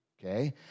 okay